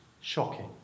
shocking